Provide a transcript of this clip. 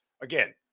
again